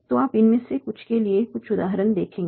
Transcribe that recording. तो आप इनमें से कुछ के लिए कुछ उदाहरण देखेंगे